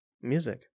music